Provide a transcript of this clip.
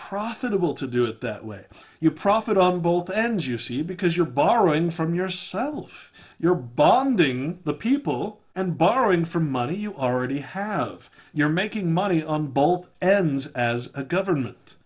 profitable to do it that way you profit on both ends you see because you're borrowing from yourself you're bonding the people and borrowing for money you already have you're making money on both ends as a government